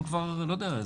לא יודע,